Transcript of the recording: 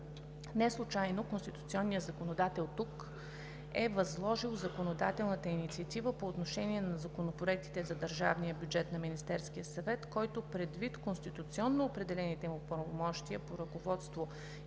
Неслучайно конституционният законодател тук е възложил законодателната инициатива по отношение на законопроектите за държавния бюджет на Министерския съвет, който, предвид на конституционно определените му правомощия по ръководство и